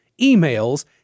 emails